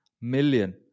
million